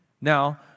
Now